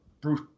Bruce